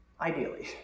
ideally